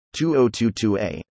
2022a